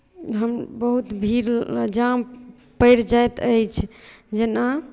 हम बहुत भीड़ जाम पड़ि जाइत अछि जेना